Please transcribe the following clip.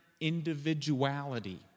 Individuality